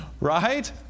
Right